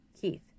Keith